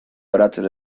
oratzen